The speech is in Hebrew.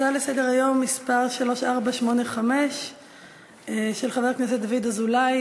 הצעה לסדר-היום מס' 3485 של חבר הכנסת דוד אזולאי,